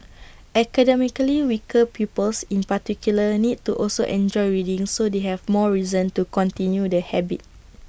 academically weaker pupils in particular need to also enjoy reading so they have more reason to continue the habit